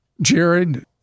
Jared